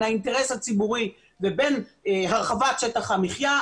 האינטרס הציבורי ובין הרחבת שטח המחיה,